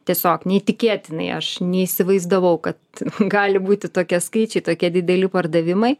tiesiog neįtikėtinai aš neįsivaizdavau kad gali būti tokie skaičiai tokie dideli pardavimai